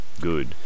good